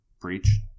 preach